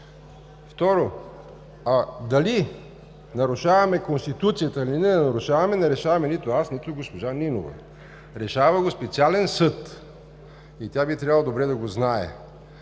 Второ, дали нарушаваме Конституцията, или не я нарушаваме, не решаваме нито аз, нито госпожа Нинова. Решава го специален съд и тя би трябвало добре да го знае.